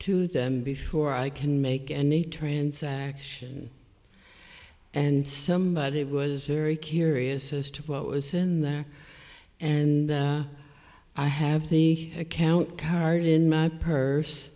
to them before i can make any transaction and somebody was very curious as to what was in there and i have the account card in my purse